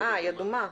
היא אדומה.